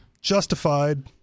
Justified